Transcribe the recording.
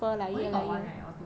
only got one right or two